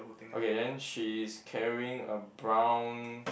okay then she is carrying a brown